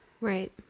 Right